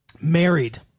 Married